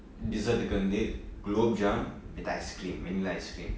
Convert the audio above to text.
dessert வந்து:vanthu gulab jamun with ice cream vanilla ice cream